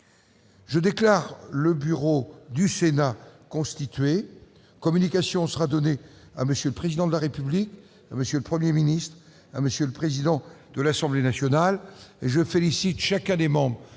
Je déclare le bureau du Sénat constitué. Communication en sera donnée à M. le Président de la République, à M. le Premier ministre et à M. le président de l'Assemblée nationale. Je félicite chacun des membres